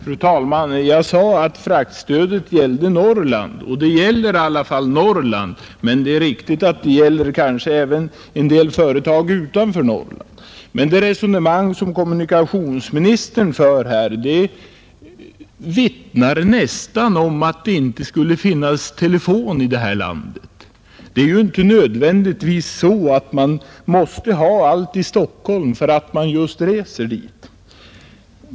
Fru talman! Jag sade att fraktstödet gäller Norrland, och det gäller Norrland, även om det är riktigt att det också gäller en del företag i andra delar av landet. Det resonemang som kommunikationsministern för här vittnar nästan om att det inte skulle finnas telefon i det här landet. Allting måste ju inte nödvändigtvis finnas i Stockholm bara därför att man ibland kan ha anledning att resa dit.